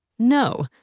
No